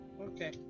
Okay